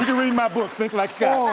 and read my book, think like scott. boy,